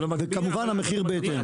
כמובן המחיר בהתאם.